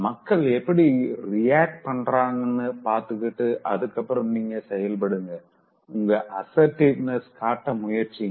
மக்கள் எப்படி ரியாக்ட் பண்றாங்கன்னு பாத்துட்டு அதுக்கப்புறம் நீங்க செயல்படுங்க உங்க அசர்ட்டிவ்னெஸ காட்ட முயற்சியுங்க